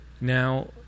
Now